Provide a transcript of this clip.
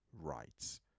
rights